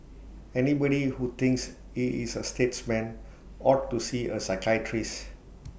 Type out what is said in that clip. anybody who thinks he is A statesman ought to see A psychiatrist